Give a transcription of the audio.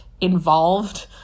involved